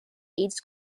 its